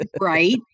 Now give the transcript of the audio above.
Right